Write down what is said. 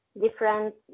different